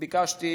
ביקשתי